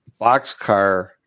boxcar